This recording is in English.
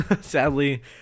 Sadly